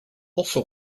also